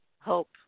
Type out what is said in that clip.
hope